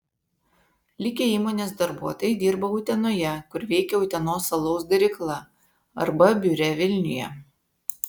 likę įmonės darbuotojai dirba utenoje kur veikia utenos alaus darykla arba biure vilniuje